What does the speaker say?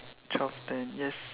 twelve ten yes